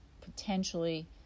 potentially